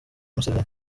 museveni